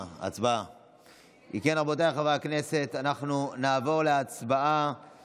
אם כן, רבותיי חברי הכנסת, אנחנו נעבור להצבעה על